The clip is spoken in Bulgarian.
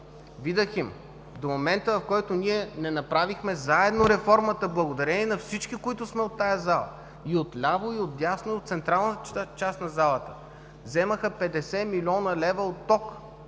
„Видахим“ до момента, в който ние не направихме заедно реформата, благодарение на всички, които сме от тази зала – и от ляво и от дясно, и от централната част на залата, вземаха 50 млн. лв. от ток